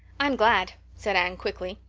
i'm glad, said anne quickly.